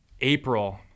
April